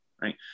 right